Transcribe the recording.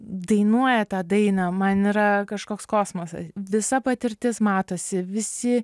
dainuoja tą dainą man yra kažkoks kosmosas visa patirtis matosi visi